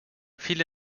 viele